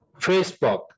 Facebook